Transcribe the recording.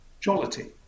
jollity